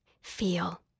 Feel